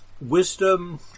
wisdom